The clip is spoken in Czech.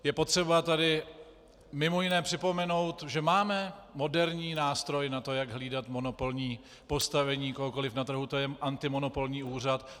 Je potřeba tady mimo jiné připomenout, že máme moderní nástroj na to, jak hlídat monopolní postavení kohokoliv na trhu, to je antimonopolní úřad.